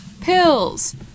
pills